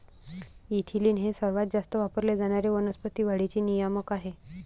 ethylene हे सर्वात जास्त वापरले जाणारे वनस्पती वाढीचे नियामक आहे